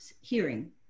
hearing